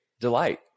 delight